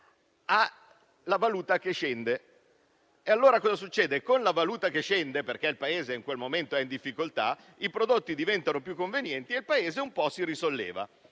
quel caso la valuta scende e allora, poiché il Paese in quel momento è in difficoltà, i prodotti diventano più convenienti e il Paese un po' si risolleva.